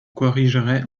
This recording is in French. corrigerait